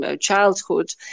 childhood